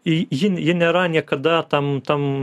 į ji ji nėra niekada tam tam